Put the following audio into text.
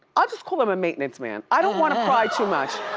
i'll just call him a maintenance man. i don't wanna pry too much.